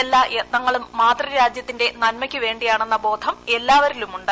എല്ലാ യത്നങ്ങളും മാതൃരാജ്യത്തിന്റെ നന്മയ്ക്ക് വേണ്ടിയാണെന്ന ബോധം എല്ലാവരിലുമുണ്ട്